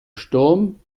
sturm